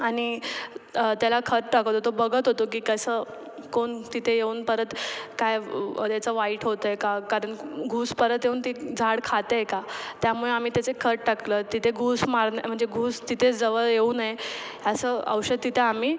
आणि त्याला खत टाकत होतो बघत होतो की कसं कोण तिथे येऊन परत काय त्याचं वाईट होतं आहे का कारण घूस परत येऊन ती झाड खाते आहे का त्यामुळे आम्ही त्याचे खत टाकलं तिथे घूस मारलं म्हणजे घूस तिथे जवळ येऊ नये असं औषध तिथे आम्ही